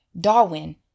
Darwin